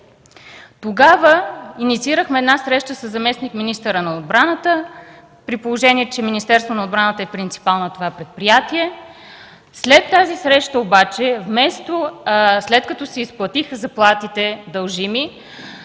Тогава инициирахме една среща със заместник-министъра на отбраната, при положение че Министерството на отбраната е принципал на това предприятие. След тази среща обаче, след като се изплатиха дължимите